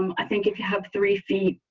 um i think if you have three feet.